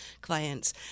clients